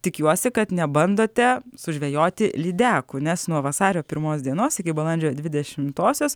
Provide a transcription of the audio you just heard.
tikiuosi kad nebandote sužvejoti lydekų nes nuo vasario pirmos dienos iki balandžio dvidešimtosios